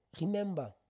Remember